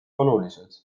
olulised